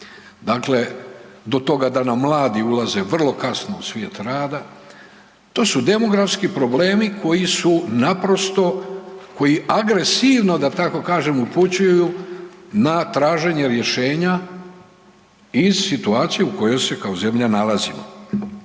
dakle do toga da nam mladi ulaze vrlo kasno u svijet rada. To su demografski problemi koji su naprosto, koji agresivno, da tako kažem, upućuju na traženje rješenja iz situacije u kojoj se kao zemlja nalazimo.